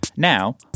Now